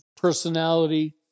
personality